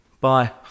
Bye